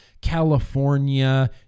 California